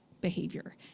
behavior